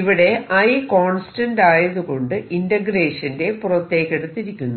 ഇവിടെ I constant ആയതുകൊണ്ട് ഇന്റഗ്രേഷന്റെ പുറത്തേക്കെടുത്തിരിക്കുന്നു